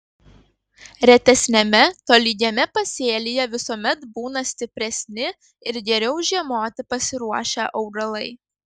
retesniame tolygiame pasėlyje visuomet būna stipresni ir geriau žiemoti pasiruošę augalai